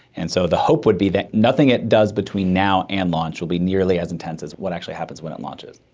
and so the hope would be that nothing it does between now and launch will be nearly as intense as what actually happens when it launches.